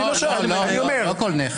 לא.